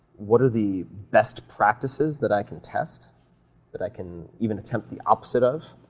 what are the best practices that i can test that i can even attempt the opposite of?